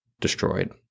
destroyed